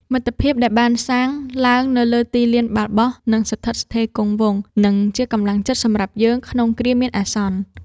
មិត្តភាពដែលបានសាងឡើងនៅលើទីលានបាល់បោះនឹងស្ថិតស្ថេរគង់វង្ស និងជាកម្លាំងចិត្តសម្រាប់យើងក្នុងគ្រាមានអាសន្ន។